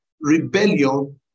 rebellion